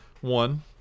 one